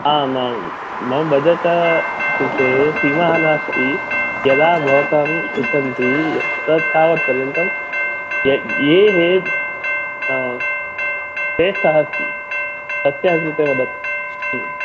आम् आं मम् बजेटा कृते सीमा नास्ति यदा भवताम् इच्छन्ति यत् तत् तावत् पर्यन्तं यः ये हे श्रेष्ठः अस्ति तस्याः कृते वदतु